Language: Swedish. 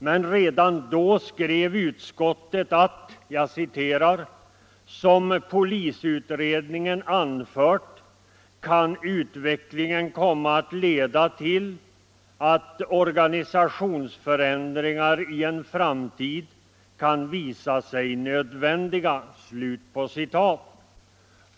Men redan då skrev utskottet att ”som polisutredningen anfört kan utvecklingen komma att leda till att organisationsförändringar i en framtid kan visa sig nödvändiga”.